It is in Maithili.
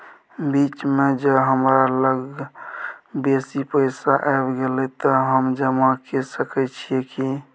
बीच म ज हमरा लग बेसी पैसा ऐब गेले त हम जमा के सके छिए की?